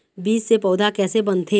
बीज से पौधा कैसे बनथे?